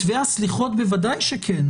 מתווה הסליחות בוודאי שכן,